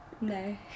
No